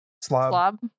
Slob